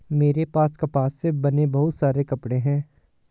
मेरे पास कपास से बने बहुत सारे कपड़े हैं